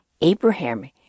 Abraham